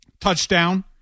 Touchdown